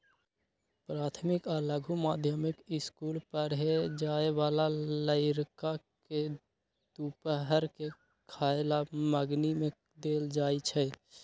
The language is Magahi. प्राथमिक आ लघु माध्यमिक ईसकुल पढ़े जाय बला लइरका के दूपहर के खयला मंग्नी में देल जाइ छै